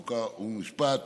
חוק ומשפט